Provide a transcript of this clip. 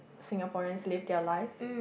Singaporeans live their life